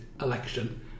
election